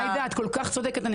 את כל כך צודקת.